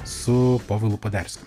su povilu poderskiu